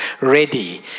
ready